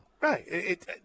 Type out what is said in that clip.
Right